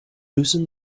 loosened